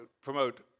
promote